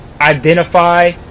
identify